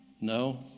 No